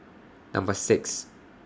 Number six